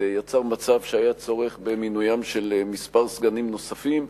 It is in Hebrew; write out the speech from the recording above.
יצר מצב שהיה צורך במינויים של מספר סגנים נוספים,